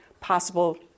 possible